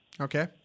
okay